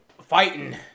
fighting